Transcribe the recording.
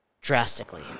drastically